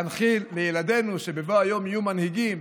להנחיל לילדינו שבבוא היום יהיו מנהיגים,